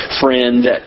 friend